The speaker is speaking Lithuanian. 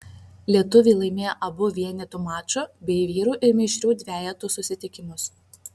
lietuviai laimėjo abu vienetų maču bei vyrų ir mišrių dvejetų susitikimus